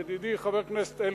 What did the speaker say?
ידידי חבר הכנסת אלקין,